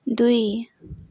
दुई